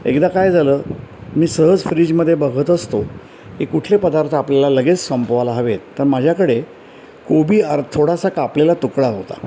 एकदा काय झालं मी सहज फ्रीजमध्ये बघत असतो की कुठले पदार्थ आपल्याला लगेच संपवायला हवे तर माझ्याकडे कोबी अर थोडासा कापलेला तुकडा होता